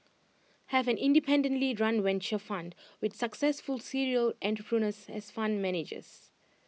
have an independently run venture fund with successful serial entrepreneurs as fund managers